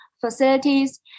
facilities